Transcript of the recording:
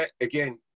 again